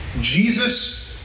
Jesus